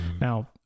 Now